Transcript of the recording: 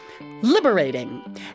liberating